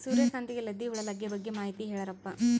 ಸೂರ್ಯಕಾಂತಿಗೆ ಲದ್ದಿ ಹುಳ ಲಗ್ಗೆ ಬಗ್ಗೆ ಮಾಹಿತಿ ಹೇಳರಪ್ಪ?